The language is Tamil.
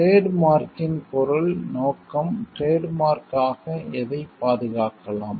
டிரேட் மார்க்கின் பொருள் நோக்கம் டிரேட் மார்க் ஆக எதைப் பாதுகாக்கலாம்